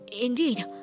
Indeed